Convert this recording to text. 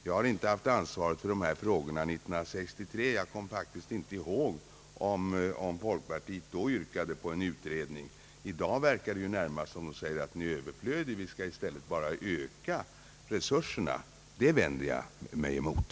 Jag hade inte ansvaret för vissa av dessa frågor 1963, varudeklarationsnämnden, konsumentinstitutet, och jag kommer faktiskt inte ihåg om folkpartiet då yrkade på en utredning. I dag verkar det nästan som om man finner en sådan överflödig — vi skall i stället bara öka resurserna. Det vänder jag mig emot.